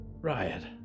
Riot